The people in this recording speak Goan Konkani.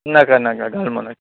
नाका नाका गालमो नाका